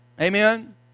amen